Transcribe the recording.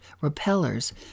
repellers